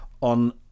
on